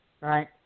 Right